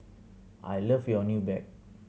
I love your new bag